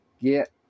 get